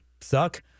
suck